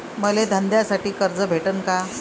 मले धंद्यासाठी कर्ज भेटन का?